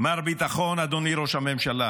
מר ביטחון, אדוני ראש הממשלה,